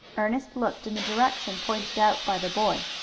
ernest looked in the direction pointed out by the boy.